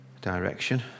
direction